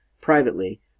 privately